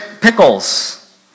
pickles